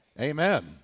Amen